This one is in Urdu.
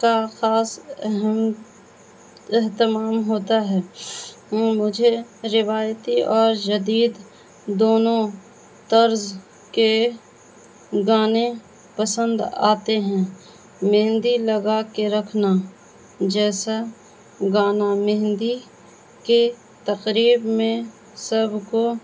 کا خاص اہم اہتمام ہوتا ہے مجھے روایتی اور جدید دونوں طرز کے گانے پسند آتے ہیں مہندی لگا کے رکھنا جیسا گانا مہندی کے تقریب میں سب کو